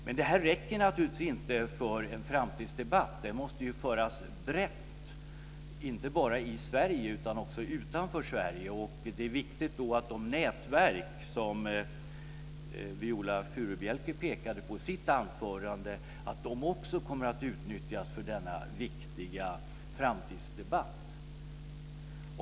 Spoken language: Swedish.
Men det här räcker naturligtvis inte för en framtidsdebatt. Debatten måste föras brett inte bara i Sverige utan också utanför Sverige. Det är viktigt att de nätverk som Viola Furubjelke pekade på i sitt anförande också kommer att utnyttjas för denna viktiga framtidsdebatt.